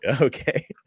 okay